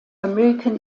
american